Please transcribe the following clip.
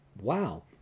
wow